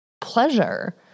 pleasure